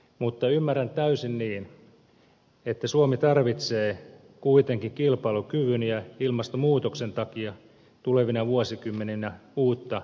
mutta ymmärrän täysin niin että suomi tarvitsee kuitenkin kilpailukyvyn ja ilmastonmuutoksen takia tulevina vuosikymmeninä uutta ydinvoimaa